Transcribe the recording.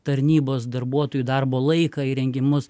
tarnybos darbuotojų darbo laiką įrengimus